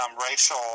racial